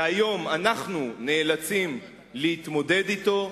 והיום אנחנו נאלצים להתמודד אתו,